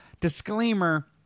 disclaimer